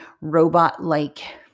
robot-like